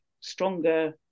stronger